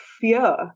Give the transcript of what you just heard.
fear